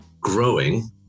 growing